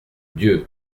dieu